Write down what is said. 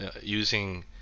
using